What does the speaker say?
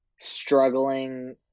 struggling